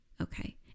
okay